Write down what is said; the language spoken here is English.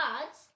cards